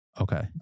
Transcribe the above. okay